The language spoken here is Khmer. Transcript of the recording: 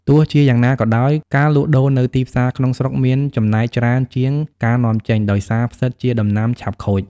ទោះជាយ៉ាងណាក៏ដោយ ការលក់ដូរនៅទីផ្សារក្នុងស្រុកមានចំណែកច្រើនជាងការនាំចេញ ដោយសារផ្សិតជាដំណាំឆាប់ខូច។